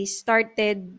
started